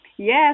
Yes